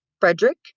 Frederick